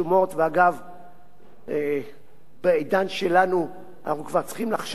בעידן שלנו אנחנו כבר צריכים לחשוב על אלטרנטיבה לדפוס,